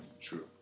True